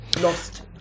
lost